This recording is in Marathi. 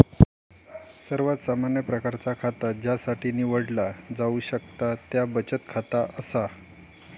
सर्वात सामान्य प्रकारचा खाता ज्यासाठी निवडला जाऊ शकता त्या बचत खाता असा